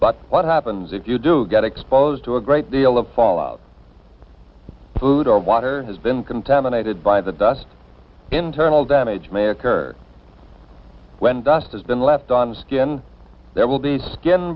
but what happens if you do get exposed to a great deal of fallout food or water has been contaminated by the dust internal damage may occur when dust has been left on the skin there will be skin